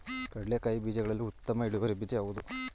ಕಡ್ಲೆಕಾಯಿಯ ಬೀಜಗಳಲ್ಲಿ ಉತ್ತಮ ಇಳುವರಿ ಬೀಜ ಯಾವುದು?